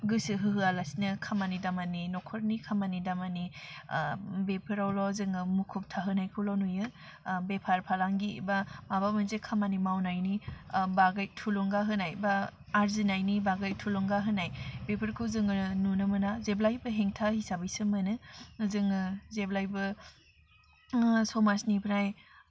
गोसो होहोआलासिनो खामानि दामानि नखरनि खामानि दामानि बेफोरावल' जोङो मुखुब थाहोनायखौल' नुयो बेफार फालांगि बा माबा मोनसे खामानि मावनायनि बागै थुलुंगा होनाय बा आरजिनायनि बागै थुलुंगा होनाय बिफोरखौ जोङो नुनो मोना जेब्लायबो हेंथा हिसाबैसो मोनो जोङो जेब्लायबो समाजनिफ्राय